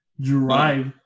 drive